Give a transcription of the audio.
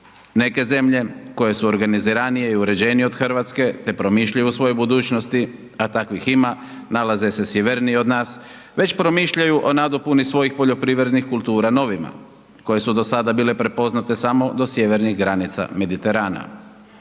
Neke zemlje su organiziranije i uređenije od Hrvatske te promišljaju o svojoj budućnosti, a takvih ima, nalaze se sjevernije od nas, već promišljaju o nadopuni svojih poljoprivrednih kultura novima, koje su do sada bile prepoznate samo do sjevernih granica Mediterana.